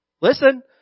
Listen